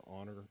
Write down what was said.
honor